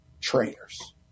trainers